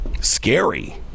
scary